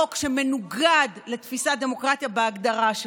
חוק שמנוגד לתפיסת דמוקרטיה בהגדרה שלה.